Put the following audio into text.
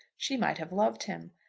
she might have loved him.